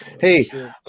Hey